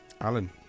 Alan